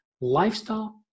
lifestyle